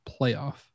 playoff